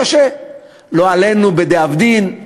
לא עלינו, בדאבדין,